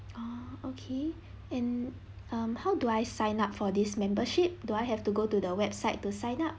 oh okay and um how do I sign up for this membership do I have to go to the website to sign up